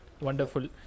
Wonderful